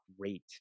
great